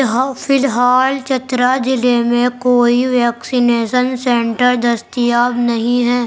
یہاں فی الحال چترا ضلعے میں کوئی ویکسینیسن سنٹر دستیاب نہیں ہے